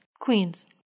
Queens